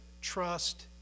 trust